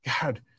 God